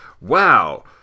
Wow